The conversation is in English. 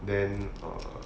then err